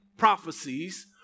prophecies